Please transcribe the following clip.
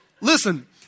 Listen